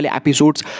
episodes